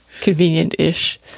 convenient-ish